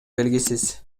белгисиз